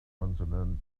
consonant